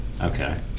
Okay